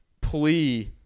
plea